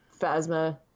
Phasma